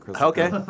Okay